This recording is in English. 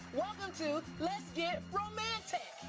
welcome to let's get romantech,